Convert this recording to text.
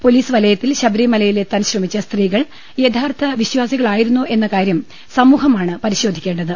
police വലയത്തിൽ ശബരിമലയിലെത്താൻ ശ്രമിച്ച സ്ത്രീകൾ യഥാർത്ഥ വിശ്വാസികളായിരുന്നോ എന്ന കാര്യം സമൂഹമാണ് പരിശോധിക്കേണ്ടത്